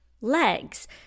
legs